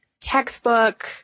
textbook